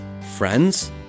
Friends